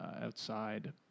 outside